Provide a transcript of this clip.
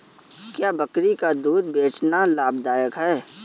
क्या बकरी का दूध बेचना लाभदायक है?